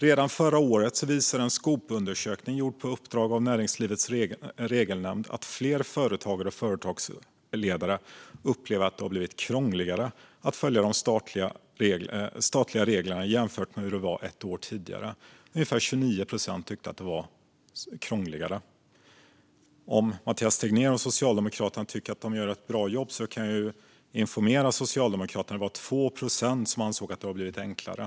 Redan förra våren visade en Skopundersökning gjord på uppdrag av Näringslivets regelnämnd att fler företagare och företagsledare upplevde att det hade blivit krångligare att följa de statliga reglerna jämfört med hur det var ett år tidigare. Ungefär 29 procent tyckte att det var krångligare. Om Mathias Tegnér och Socialdemokraterna tycker att de gör ett bra jobb kan jag informera dem om att 2 procent ansåg att det blivit enklare.